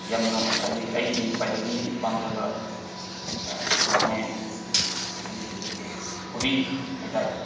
ꯌꯥꯝ ꯍꯥꯏꯗꯤ ꯑꯩꯒꯤꯗꯤ ꯈ꯭ꯋꯥꯏꯗꯒꯤ ꯄꯥꯝꯖꯕ ꯊꯕꯛꯅꯦ ꯍꯥꯏꯗꯤ ꯍꯣꯕꯤ ꯍꯥꯏꯇꯥꯔꯦ